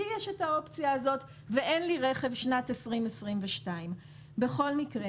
לי יש את האופציה הזאת ואין לי משנת 2022. בכל מקרה,